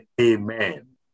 amen